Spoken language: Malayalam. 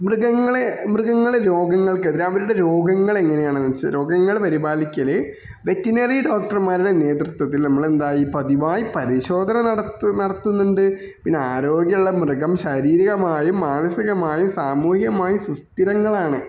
മൃഗങ്ങളെ മൃഗങ്ങളെ രോഗങ്ങൾക്ക് അവരുടെ രോഗങ്ങളെങ്ങനെയാന്ന് വെച്ച് രോഗങ്ങള് പരിപാലിക്കല് വെറ്റിനറി ഡോക്ടർമാരുടെ നേതൃത്വത്തിൽ നമ്മളെന്തായി പതിവായി പരിശോധന നടത്ത് നടത്തുന്നുണ്ട് പിന്നെ ആരോഗ്യുള്ള മൃഗം ശാരീരികമായും മാനസികമായും സാമൂഹികമായും സുസ്ഥിരങ്ങളാണ്